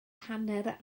hanner